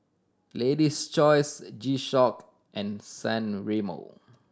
Lady's Choice G Shock and San Remo